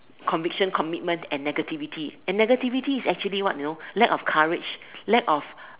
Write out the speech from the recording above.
conviction commitment and negativity and negativity is actually what you know lack of courage lack of